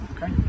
Okay